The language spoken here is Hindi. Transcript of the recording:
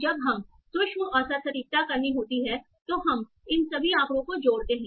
जब हमें सूक्ष्म औसत सटीकता करनी होती है तो हम इन सभी आँकड़ों को जोड़ते हैं